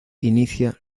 inicia